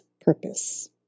Purpose